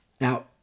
Now